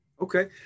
Okay